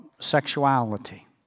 sexuality